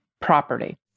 property